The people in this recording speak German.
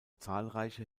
zahlreiche